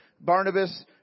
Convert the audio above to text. Barnabas